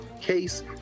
case